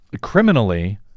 criminally